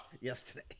yesterday